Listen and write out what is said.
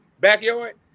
backyard